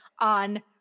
on